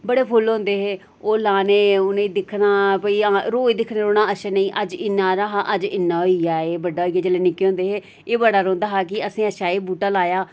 बड़े फुल्ल होंदे हे ओह् लाने उनेंगी दिक्खना फ्ही आं रोज दिखदे रौह्ना असें नेईं अज्ज इन्ना हारा हा अज्ज इन्ना होई गेआ एह् बड्डा होई गेआ जेल्लै निक्के होंदे हे एह् बड़ा रौंह्दा हा कि असें एह् अच्छा एह् बूह्टा में लाया